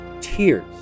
tears